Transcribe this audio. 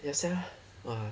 ya sia !wah!